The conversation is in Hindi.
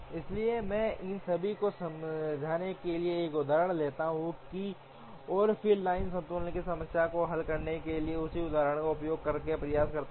इसलिए मैं इन सभी को समझाने के लिए एक उदाहरण लेता हूं और फिर लाइन संतुलन की समस्या को हल करने के लिए उसी उदाहरण का उपयोग करने का प्रयास करता हूं